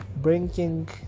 Bringing